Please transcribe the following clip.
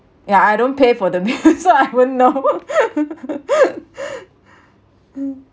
yeah I don't pay for the bill so I won't know